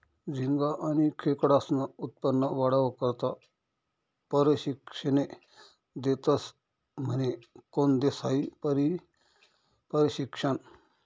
झिंगा आनी खेकडास्नं उत्पन्न वाढावा करता परशिक्षने देतस म्हने? कोन देस हायी परशिक्षन?